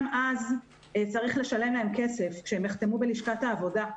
גם אז יצטרכו לשלם להם כסף כשהם יחתמו בלשכת העבודה,